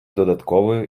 додатковою